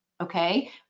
okay